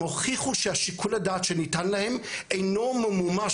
הם הוכיחו שהשיקול הדעת שניתן להם אינו ממומש